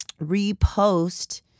repost